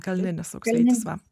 kalninis auksveitis va